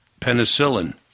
penicillin